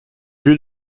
lieu